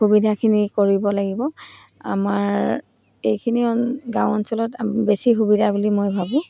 সুবিধাখিনি কৰিব লাগিব আমাৰ এইখিনি গাঁও অঞ্চলত বেছি সুবিধা বুলি মই ভাবোঁ